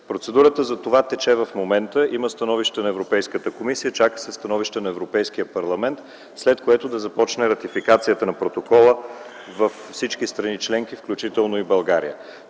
Процедурата за това тече в момента. Има становище на Европейската комисия. Чака се становище на Европейския парламент, след което да започне ратификацията на протокола във всички страни членки, включително и в България.